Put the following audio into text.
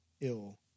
ill